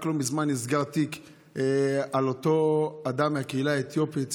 רק לא מזמן נסגר תיק על אותו אדם מהקהילה האתיופית בחולון,